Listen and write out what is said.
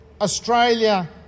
Australia